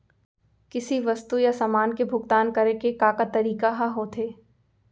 किसी वस्तु या समान के भुगतान करे के का का तरीका ह होथे?